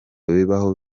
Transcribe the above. bibaho